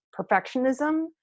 perfectionism